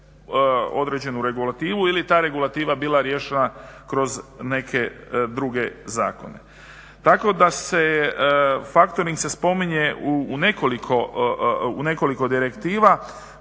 određenu regulativu ili je ta regulativa bila riješena kroz neke druge zakone. Tako da se, factoring se spominje u nekoliko direktiva